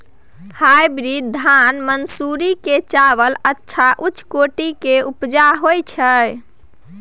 Hybrid धान मानसुरी के चावल अच्छा उच्च कोटि के उपजा होय छै?